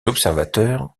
observateurs